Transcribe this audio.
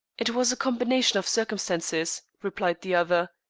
it was a combination of circumstances, replied the other.